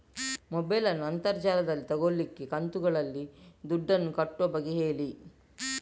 mobile ನ್ನು ಅಂತರ್ ಜಾಲದಲ್ಲಿ ತೆಗೋಲಿಕ್ಕೆ ಕಂತುಗಳಲ್ಲಿ ದುಡ್ಡನ್ನು ಕಟ್ಟುವ ಬಗ್ಗೆ ಹೇಳಿ